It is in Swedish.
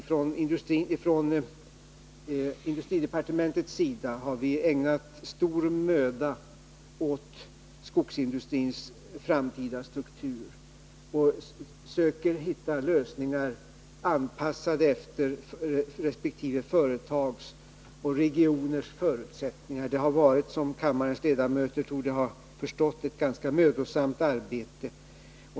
Från industridepartementets sida har vi ägnat stor möda åt skogsindustrins framtida struktur. Vi försöker hitta lösningar anpassade efter resp. företags och regioners förutsättningar. Det har, vilket kammarens ledamöter torde ha förstått, varit ett ganska mödosamt arbete.